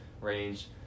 range